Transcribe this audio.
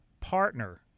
partner